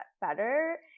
better